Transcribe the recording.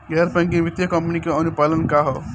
गैर बैंकिंग वित्तीय कंपनी के अनुपालन का ह?